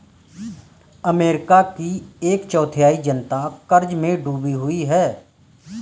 America की एक चौथाई जनता क़र्ज़ में डूबी हुई है